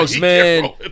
man